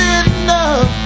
enough